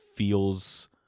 feels